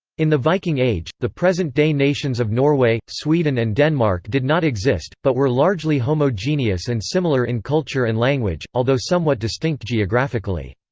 in the viking age, the present day nations of norway, sweden and denmark did not exist, but were largely homogeneous and similar in culture and language, although somewhat distinct geographically.